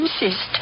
insist